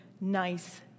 nice